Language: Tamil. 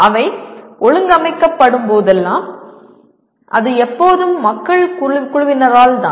அவை ஒழுங்கமைக்கப்படும் போதெல்லாம் அது எப்போதும் மக்கள் குழுவினரால் தான்